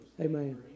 Amen